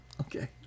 okay